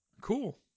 Cool